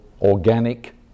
organic